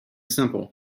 simple